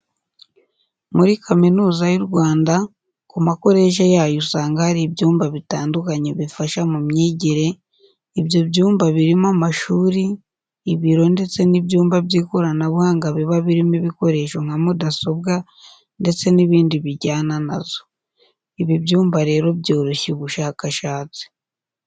Muri kaminuza y'u Rwanda, ku makoreje yayo usanga hari ibyumba bitandukanye bifasha mu myigire, ibyo byumba birimo amashuri, ibiro ndetse n'ibyumba by'ikoranabuhanga biba birimo ibikoresho nka mudasobwa ndetse n'ibindi bijyana na zo. Ibi byumba rero byoroshya ubushakashatsi.